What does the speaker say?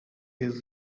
his